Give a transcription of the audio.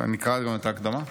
אקרא גם את ההקדמה?